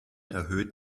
erhöht